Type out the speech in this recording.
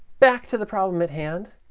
back to the problem at hand.